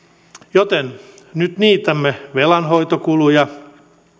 joten nyt niitämme velanhoitokuluja